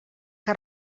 que